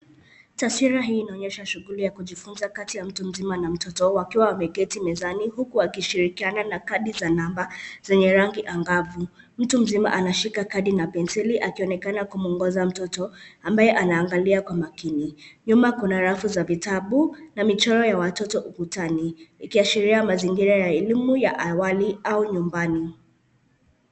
Taswira hii inaonyesha shughuli ya kujifunza Kati ya mtu mzima na mtoto wakiwa wameketi mezani huku wakishirikiana na kadi za namba, zenye rangi angavu. Mtu mzima anashika kadi na penseli akionekana kumwongoza mtoto ambaye anaangalia kwa makini. Nyuma kuna rafu za vitabu, na michoro ya watoto ukutani ikiashiria mazingira ya elimu ya awali au nyumbani.